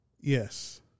Yes